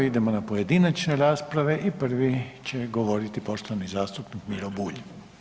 Idemo na pojedinačne rasprave i prvi će govoriti poštovani zastupnik Miro Bulj.